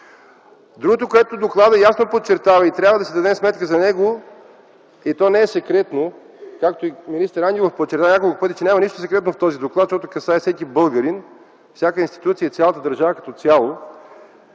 Другото, което докладът ясно подчертава и трябва да си дадем сметка за него - то не е секретно, както и министър Ангелов подчерта няколко пъти, че няма нищо секретно в този доклад, защото касае всеки българин, всяка институция и цялата държава като цяло